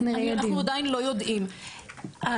אנחנו עדיין לא יודעים,